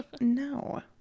no